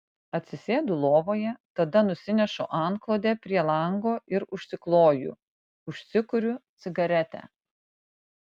atsisėdu lovoje tada nusinešu antklodę prie lango ir užsikloju užsikuriu cigaretę